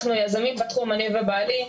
אנחנו יזמים בתחום אני ובעלי,